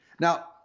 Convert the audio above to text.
Now